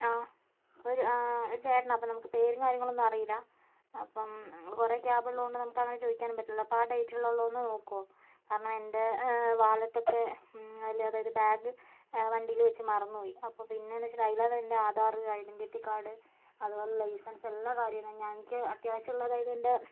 ആ ഒരു ചേട്ടനാണ് അപ്പം നമുക്ക് പേരും കാര്യങ്ങളൊന്നും അറിയില്ല അപ്പം കുറെ ക്യാബുള്ളതു കൊണ്ട് നമുക്കങ്ങനെ ചോദിക്കാനും പറ്റില്ല അപ്പം ആ ഡേറ്റിലുള്ളത് ഒന്ന് നോക്കുമോ കാരണം എൻ്റെ വാലറ്റൊക്കെ അതിൽ അതായത് ബാഗ് വണ്ടിയിൽ വെച്ചു മറന്നു പോയി അപ്പോൾ പിന്നെയെന്നു വെച്ചിട്ട് അതിലാണ് എൻ്റെ ആധാർ ഐഡൻറ്റിറ്റി കാർഡ് അതുപോലെ ലൈസൻസ് എല്ലാ കാര്യങ്ങൾ ഞാൻ എനിക്ക് അത്യാവശ്യമുള്ളതായതെന്റെ